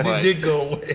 did go.